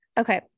Okay